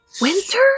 winter